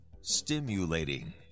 stimulating